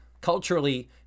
Culturally